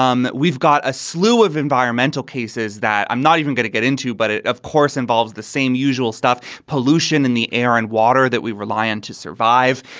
um we've got a slew of environmental cases that i'm not even going to get into, but it, of course, involves the same usual stuff pollution in the air and water that we rely on to survive.